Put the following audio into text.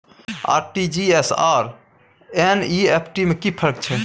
RTG S आर NEFT में कि फर्क छै?